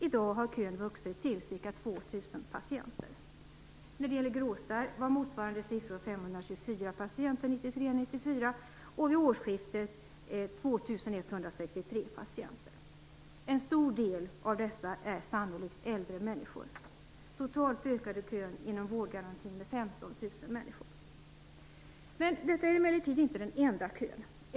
I dag har kön vuxit till ca 2000 patienter. När det gäller gråstarr var motsvarande siffror 524 patienter 1993/94 och vid årsskiftet 2163 patienter. En stor del av dessa är sannolikt äldre människor. Totalt ökade kön inom vårdgarantin med 15 000 människor. Detta är emellertid inte de enda köerna.